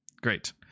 Great